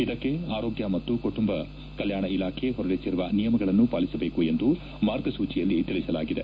ಇದಕ್ಕೆ ಆರೋಗ್ಯ ಮತ್ತು ಕುಟುಂಬ ಇಲಾಖೆ ಹೊರಡಿಸಿರುವ ನಿಯಮಗಳನ್ನು ಪಾಲಿಸಬೇಕು ಎಂದು ಮಾರ್ಗಸೂಚಿಯಲ್ಲಿ ತಿಳಿಸಲಾಗಿದೆ